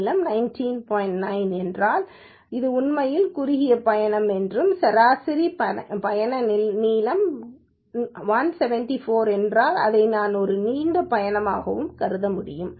9 என்றால் இது உண்மையில் குறுகிய பயணம் என்றும் சராசரி பயண நீளம் 174 என்றால் இதை நான் ஒரு நீண்ட பயணமாக கருத முடியும்